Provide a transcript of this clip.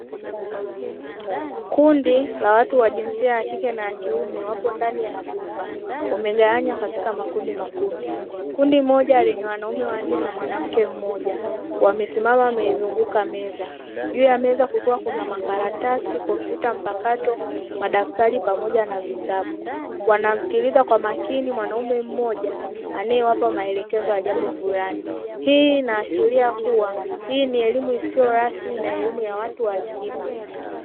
Kundi la watu wa jinsia ya kike na kiume wapo ndani ya chumba wamegawanywa katika makundi makundi, kundi moja lenye wanaume wanne na mwanamke mmoja wamesimama wameizunguka meza juu ya meza kukiwa kuna makaratasi, kompyuta mpakato, madaftari pamoja na vitabu, wanamsikiliza kwa makini mwanamume mmoja anayewapa maelekezo ya jambo fulani hii inaashiria kuwa hii ni elimu isiyo rasmi na elimu ya watu wazima.